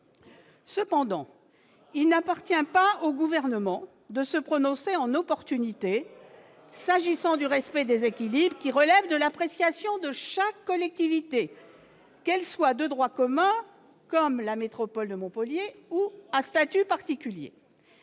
Cependant, il n'appartient pas au Gouvernement de se prononcer en opportunité s'agissant du respect des équilibres qui relève de l'appréciation de chaque collectivité, qu'elle soit de droit commun, comme la métropole de Montpellier, ou à statut particulier.